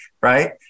right